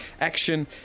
action